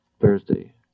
Thursday